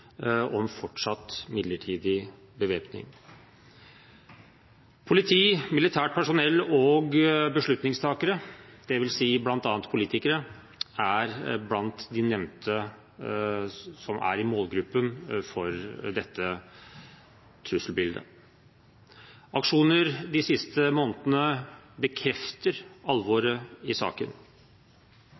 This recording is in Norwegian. om fortsatt midlertidig bevæpning. Politi, militært personell og beslutningstakere, dvs. bl.a. politikere, er blant de nevnte som er i målgruppen for dette trusselbildet. Aksjoner de siste månedene bekrefter alvoret i saken.